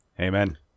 Amen